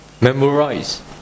memorize